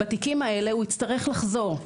בתיקים האלה הוא יצטרך לחזור.